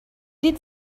did